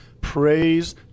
praise